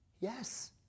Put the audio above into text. Yes